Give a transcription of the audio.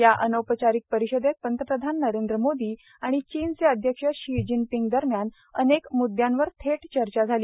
या औपचारिक परिषदेत पंतप्रधान नरेंद्र मोदी आणि चीनचे अध्यक्ष शी जिनपींग दरम्यान अनेक मुद्यांवर थेट चर्चा झाली